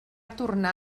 tornar